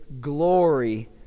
glory